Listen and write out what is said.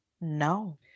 no